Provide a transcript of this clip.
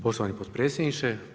Poštovani potpredsjedniče.